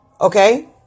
Okay